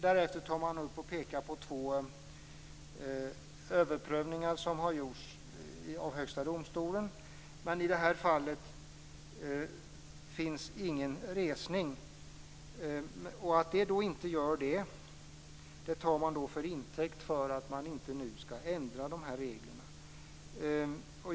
Därefter tar utskottet upp två överprövningar som har gjorts av Högsta domstolen. I det här fallet finns dock ingen resning, och detta tar man till intäkt för att man nu inte skall ändra dessa regler.